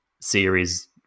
series